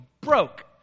broke